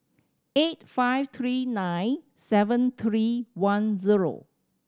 eight five three nine seven three one zero